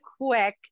quick